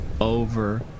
over